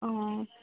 অঁ